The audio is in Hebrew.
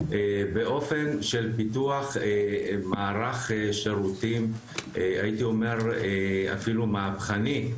באופן של פיתוח מערך שירותים הייתי אומר אפילו מהפכני,